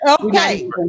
okay